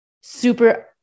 super